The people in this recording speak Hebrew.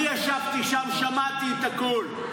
אני ישבתי שם, שמעתי הכול.